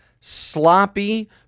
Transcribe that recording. sloppy